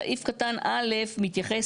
סעיף קטן (א) מתייחס